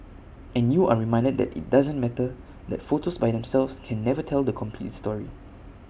and you are reminded that IT doesn't matter that photos by themselves can never tell the complete story